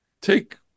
take